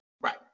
right